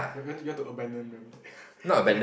you going to you want to abandon them ya